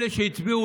אלה שהצביעו